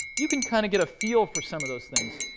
you can, kind of, get a feel for some of those things.